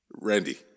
Randy